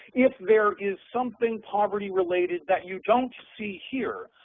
if there is something poverty-related that you don't see here,